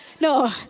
No